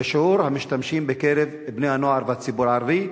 בשיעור המשתמשים בקרב בני-הנוער והציבור הערבי,